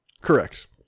Correct